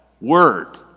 word